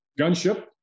gunship